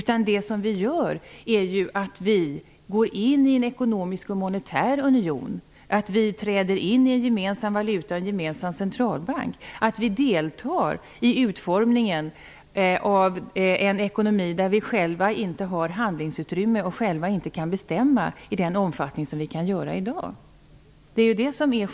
Vad vi gör är ju att vi går in i en ekonomisk och monetär union. Vi träder in i något som har en gemensam valuta och en gemensam centralbank. Vi deltar i utformningen av en ekonomi där vi själva inte har handlingsutrymme och inte heller själva kan bestämma i den omfattning som vi i dag kan göra.